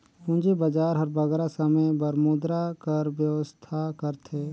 पूंजी बजार हर बगरा समे बर मुद्रा कर बेवस्था करथे